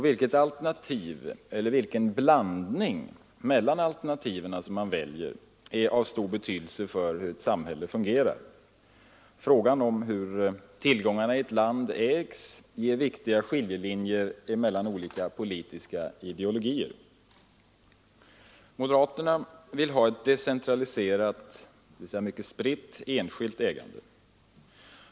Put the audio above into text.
Vilket alternativ eller vilken blandning av alternativen, som man väljer, är av stor betydelse för hur ett samhälle fungerar. Frågan om hur tillgångarna i ett land ägs ger viktiga skiljelinjer mellan olika politiska ideologier. Moderaterna vill ha ett decentraliserat, dvs. ett mycket spritt, enskilt ägande.